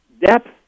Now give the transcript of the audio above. depth